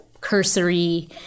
cursory